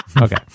okay